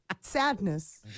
sadness